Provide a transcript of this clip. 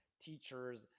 teachers